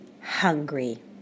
hungry